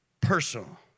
Personal